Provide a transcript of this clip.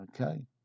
Okay